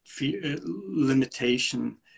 limitation